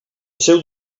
seu